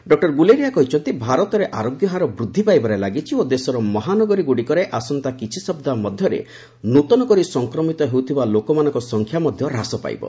doctor Guleria କହିଛନ୍ତି ଭାରତରେ ଆରୋଗ୍ୟ ହାର ବୃଦ୍ଧି ପାଇବାରେ ଲାଗିଛି ଓ ଦେଶର ମହାନଗରିଗୁଡ଼ିକରେ ଆସନ୍ତା କିଛି ସପ୍ତାହ ମଧ୍ୟରେ ନୂଆକରି ସଂକ୍ରମିତ ହେଉଥିବା ଲୋକମାନଙ୍କ ସଂଖ୍ୟା ହ୍ରାସ ପାଇବ